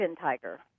tiger